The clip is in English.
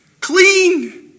clean